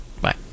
Bye